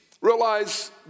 realize